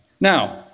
Now